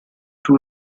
two